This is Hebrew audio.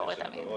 גברתי היושבת-ראש,